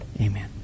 Amen